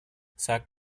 sagt